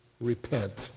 Repent